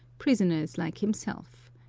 prisoners like himself.